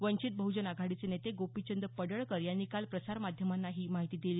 वंचित बहजन आघाडीचे नेते गोपीचंद पडळकर यांनी काल प्रसार माध्यमांना ही माहिती दिली